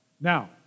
Now